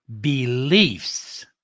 beliefs